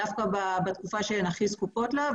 דווקא בתקופה שהן הכי זקוקות לו,